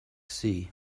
sea